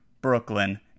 Brooklyn